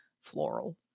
Floral